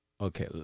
Okay